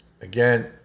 again